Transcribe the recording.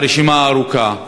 והרשימה ארוכה.